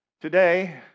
Today